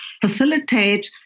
facilitate